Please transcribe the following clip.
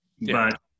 But-